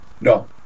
No